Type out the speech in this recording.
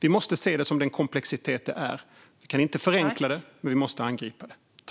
Vi måste se detta som den komplexa fråga det är. Vi kan inte förenkla det, men vi måste angripa det.